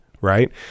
right